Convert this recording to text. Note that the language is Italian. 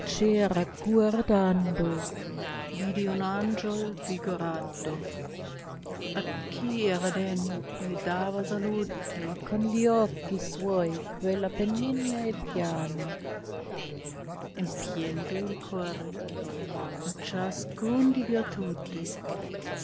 guardando vidi un angiol figurato a chi era degno poi dava salute con gli occhi suoi quella benigna e piana empiendo il core a ciascun di virtute